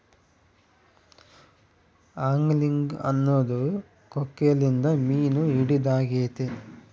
angling ಅನ್ನೊದು ಕೊಕ್ಕೆಲಿಂದ ಮೀನು ಹಿಡಿದಾಗೆತೆ